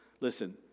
listen